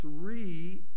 three